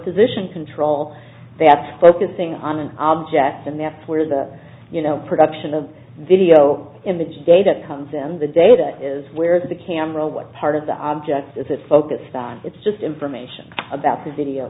position control that's focusing on an object and that's where the production of video image data comes in the data is where the camera what part of the object is it focused on it's just information about the video